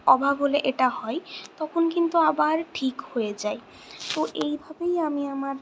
অভাব হলে এটা হয় তখন কিন্তু আবার ঠিক হয়ে যায় তো এইভাবেই আমি আমার